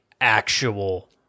actual